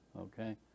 Okay